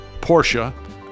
Porsche